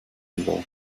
evil